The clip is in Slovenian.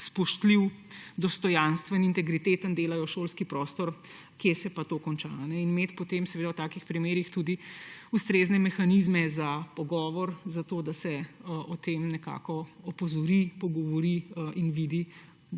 spoštljiv, dostojanstven, integriteten, kje se pa to konča. In imeti potem v takih primerih tudi ustrezne mehanizme za pogovor, za to, da se na to nekako opozori, pogovori in vidi,